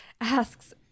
asks